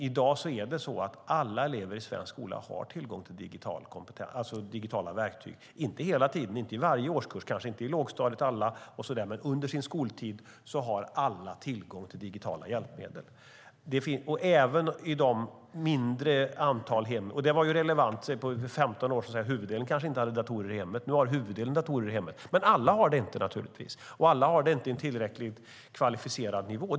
I dag har alla elever i svensk skola tillgång till digitala verktyg, om än inte hela tiden och inte i varje årskurs - kanske inte alla årskurser i lågstadiet. Alla har under sin skoltid tillgång till digitala hjälpmedel, även elever från det mindre antal hem som inte har dator. Detta var relevant för 15 år sedan, då huvuddelen inte hade datorer i hemmet. Nu har de det. Men alla har naturligtvis inte det, och alla har det inte på en tillräckligt kvalificerad nivå.